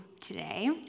today